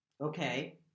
okay